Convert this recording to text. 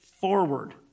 forward